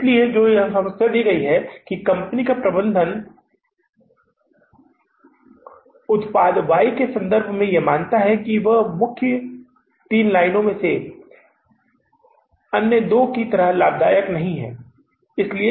इसलिए यहां जो समस्या दी गई है कंपनी का प्रबंधन उस उत्पाद वाई को मानता है इसकी तीन मुख्य लाइनों में से एक अन्य दो की तरह लाभदायक नहीं है